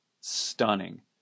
stunning